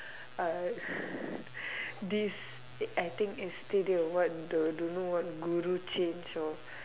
uh this I think yesterday or what the don't know what guru change or